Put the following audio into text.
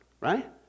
right